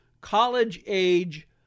college-age